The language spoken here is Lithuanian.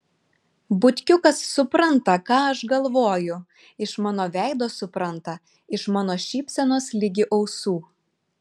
butkiukas supranta ką aš galvoju iš mano veido supranta iš mano šypsenos ligi ausų